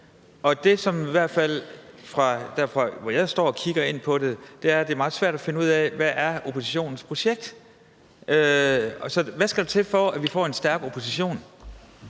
og det er – i hvert fald derfra, hvor jeg står og kigger på det – meget svært at finde ud af, hvad oppositionens projekt er. Hvad skal der til, for at vi får en stærk opposition?